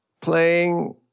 playing